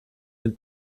del